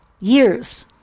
years